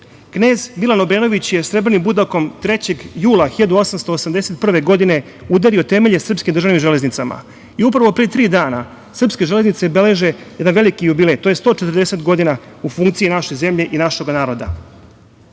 Milan Obrenović je srebrnim budakom 3. jula 1881. godine udario temelje srpskim državnim železnicama. I upravo pre tri dana srpske železnice beleže jedan veliki jubilej, to je 140 godina u funkciji naše zemlje i našega naroda.